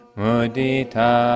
mudita